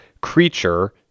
creature